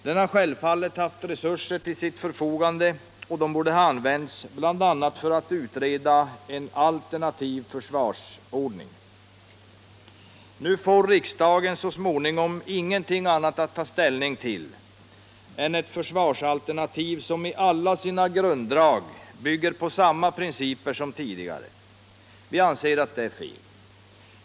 Den har självfallet haft resurser till sitt förfogande, och de resurserna borde ha använts bl.a. för att utreda en alternativ försvarsordning. Nu får riksdagen så småningom ingenting annat att ta ställning till än ett försvarsalternativ som i alla sina grunddrag bygger på samma principer som tidigare. Vi anser att detta är fel.